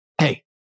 Hey